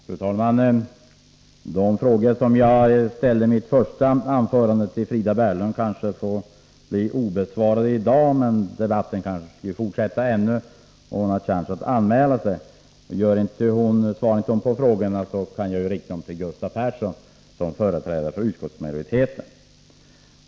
Fru talman! De frågor som jag ställde till Frida Berglund i mitt första anförande kanske får bli obesvarade i dag. Debatten fortsätter ju, så hon har chansen att anmäla sig. Svarar hon inte på mina frågor kan jag rikta dem till Gustav Persson, som här företräder utskottsmajoriteten.